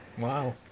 Wow